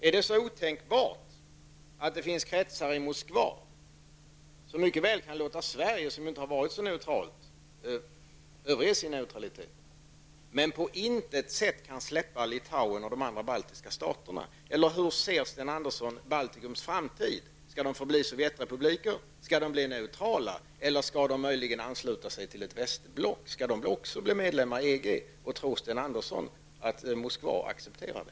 Är det så otänkbart att det finns kretsar i Moskva som mycket väl kan låta Sverige, som inte varit så neutralt, överge sin neutralitet men som på intet sätt kan släppa Litauen och de andra baltiska staterna? Eller hur ser Sten Andersson på Baltikums framtid? Skall de baltiska staterna förbli Sovjetrepubliker, skall de bli neutrala eller skall de möjligen ansluta sig till ett västblock? Skall de också bli medlemmar i EG? Tror Sten Andersson att Moskva skulle acceptera det?